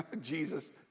Jesus